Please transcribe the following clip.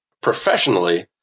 professionally